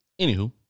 Anywho